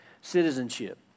citizenship